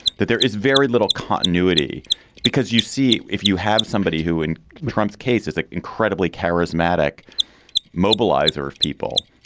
that there is very little continuity because you see, if you have somebody who in trump's case, is that incredibly charismatic mobilizer of people,